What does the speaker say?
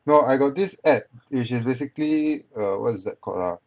no I got this app which is basically err what is it called ah